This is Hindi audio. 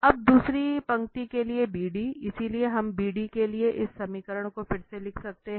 अब दूसरी पंक्ति के लिए BD इसलिए हम BD के लिए इस समीकरण को फिर से लिख सकते हैं